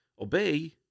Obey